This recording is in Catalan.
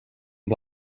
amb